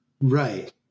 right